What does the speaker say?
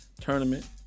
tournament